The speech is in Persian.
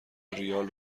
ریال